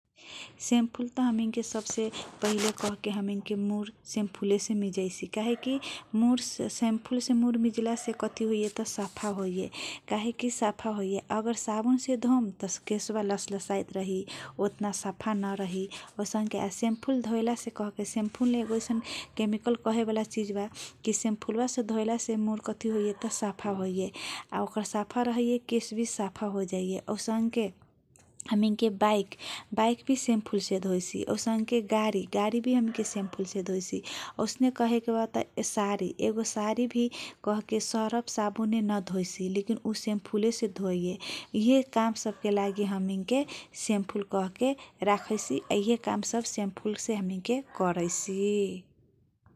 सेमफुल त हामी के सबसे पहिले मुर स्याम्पुल सेही मिजैसी काहे कि मोड स्याम्पुल से मोड मिजलासे कथी होइए सफा होइए काहेकी सफा होइए अगर साबुन से धोम केस लस ल साइत रही ओतना साफा नरही असांख्य स्याम्पु से धोइला से उने ऐसन केमिकल कहेबला चिजबा स्याम्पुल बासे धोएला से मुर सफा होइए ओकारा सफा रहला से केशभी साफा हो जाइए औसांख्य हामी के बाइक भी स्याम्पल से धोइसी अशांके हमिङ के गाडी भी स्याम्पुल से धोइसी औसंके कहे के बात एगो सारी भी श्याम्पुले से सरफ साबुन ना धोके सेम स्याम्पुलेसे धोइसी स्याम्पुल से धोएला से इ सब काम सबके लागि हमिंग के सेमफुल कहेके राखैसी यी काम सब सेमफुल से करैसी ।